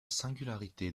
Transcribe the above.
singularité